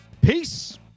Peace